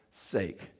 sake